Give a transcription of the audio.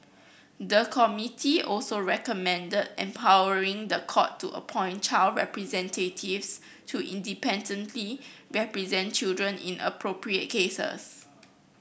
the committee also recommended empowering the court to appoint child representatives to independently represent children in appropriate cases